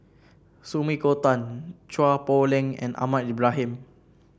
Sumiko Tan Chua Poh Leng and Ahmad Ibrahim